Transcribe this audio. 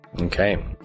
Okay